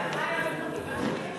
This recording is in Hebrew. זה לא היה בזכות החקיקה שלי?